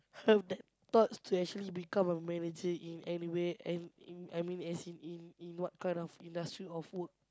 have that thoughts to actually become a manager in any way and in I mean as in in in what kind of industry of work